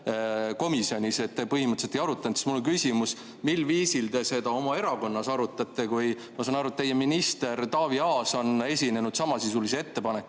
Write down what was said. minutit, te põhimõtteliselt ei arutanud, siis mul on küsimus, mil viisil te seda oma erakonnas arutate. Ma saan aru, et teie minister Taavi Aas on esinenud samasisulise ettepanekuga.